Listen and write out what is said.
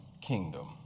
kingdom